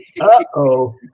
uh-oh